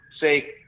say